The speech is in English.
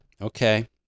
Okay